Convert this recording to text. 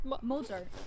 Mozart